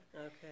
Okay